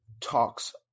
talks